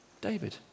David